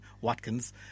Watkins